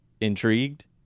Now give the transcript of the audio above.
intrigued